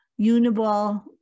Uniball